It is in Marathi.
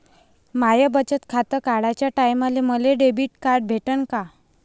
माय बचत खातं काढाच्या टायमाले मले डेबिट कार्ड भेटन का?